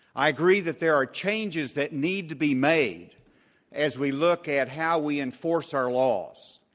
i agree that there are changes that need to be made as we look at how we enforce our laws.